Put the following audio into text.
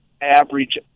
average